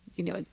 you know,